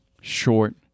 short